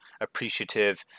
appreciative